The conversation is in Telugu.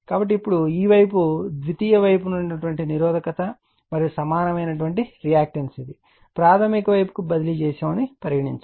కాబట్టి ఇప్పుడు ఈ వైపు ద్వితీయ వైపున ఉన్న నిరోధకత మరియు సమానమైన రియాక్టన్స్ ఇది ప్రాధమిక వైపుకు బదిలీ చేయబడినది అని పరిగణిస్తారు